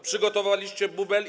Przygotowaliście bubel.